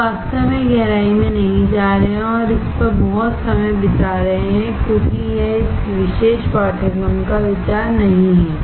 हम वास्तव में गहराई में नहीं जा रहे हैं और इस पर बहुत समय बिता रहे हैं क्योंकि यह इस विशेष पाठ्यक्रम का विचार नहीं है